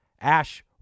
Ash